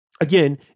Again